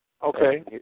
Okay